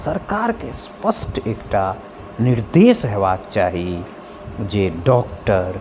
सरकारके स्पष्ट एकटा निर्देश होयबाक चाही जे डॉक्टर